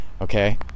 okay